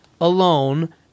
alone